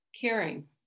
caring